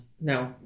No